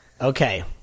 Okay